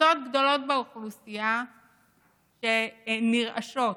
קבוצות גדולות באוכלוסייה נרעשות.